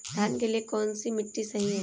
धान के लिए कौन सी मिट्टी सही है?